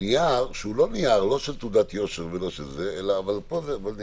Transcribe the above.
נייר שהוא לא תעודת יושר אבל הוא כן